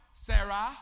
sarah